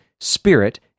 spirit